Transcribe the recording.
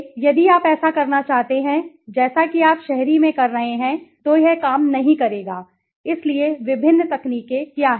इसलिए यदि आप ऐसा करना चाहते हैं जैसा कि आप शहरी में कर रहे हैं तो यह काम नहीं करेगा इसलिए विभिन्न तकनीकें क्या हैं